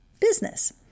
business